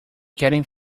getting